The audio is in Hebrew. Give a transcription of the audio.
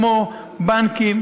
כמו בנקים,